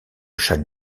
chaque